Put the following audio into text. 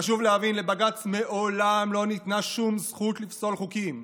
חשוב להבין כי לבג"ץ מעולם לא ניתנה שום זכות לפסול חוקים.